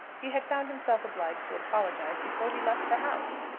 he had found himself obliged to apologize before he left the house!